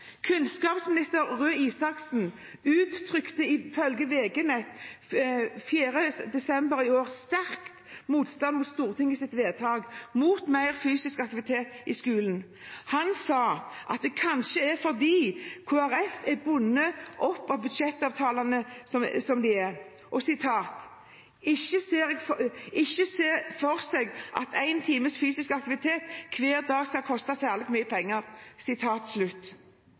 Kunnskapsminister Røe Isaksen uttrykte ifølge vg.no/nyheter 4. desember i år sterk motstand mot Stortingets forslag til vedtak om mer fysisk aktivitet i skolen. Han sa at det kanskje er fordi Kristelig Folkeparti er bundet opp av budsjettavtalene, som de er, de «ikke ser for seg at en times fysisk aktivitet hver dag skal koste særlig med penger».